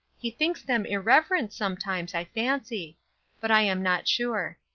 he thinks them irreverent, sometimes, i fancy but i am not sure.